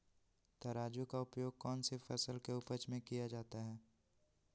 तराजू का उपयोग कौन सी फसल के उपज में किया जाता है?